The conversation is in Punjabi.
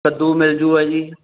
ਕੱਦੂ ਮਿਲਜੂਗਾ ਜੀ